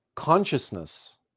Consciousness